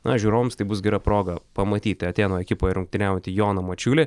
na žiūrovams tai bus gera proga pamatyti atėnų ekipoje rungtyniautį joną mačiulį